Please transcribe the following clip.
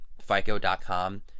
fico.com